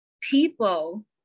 people